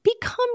become